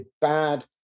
bad